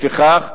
לפיכך,